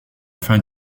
fin